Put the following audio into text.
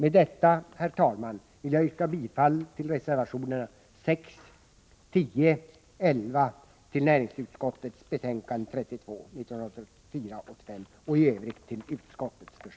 Med detta, herr talman, vill jag yrka bifall till reservationerna 6, 10 och 11 och i övrigt till näringsutskottets hemställan i betänkandet 1984/85:32.